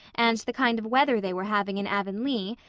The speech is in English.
and the kind of weather they were having in avonlea,